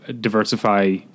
diversify